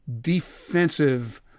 defensive